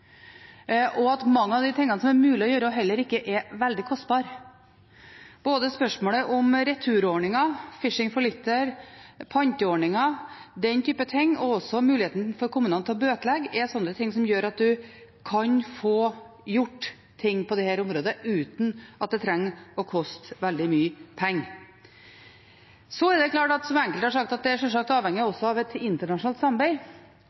heller ikke er veldig kostbare. Både spørsmålet om returordninger, «Fishing For Litter», panteordninger og den type ting og også muligheten for kommunene til å bøtelegge er ting som gjør at man kan få gjort noe på dette området uten at det trenger å koste veldig mye penger. Så er det klart, som enkelte har sagt, at det sjølsagt er avhengig også av et internasjonalt samarbeid,